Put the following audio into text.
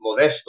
Modesto